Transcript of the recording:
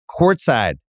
courtside